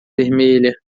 vermelha